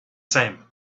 same